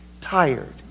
tired